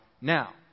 now